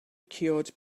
cured